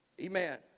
Amen